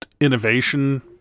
innovation